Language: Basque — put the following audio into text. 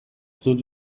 dut